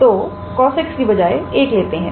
तो cos x की बजाए 1 लेते हैं